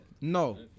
No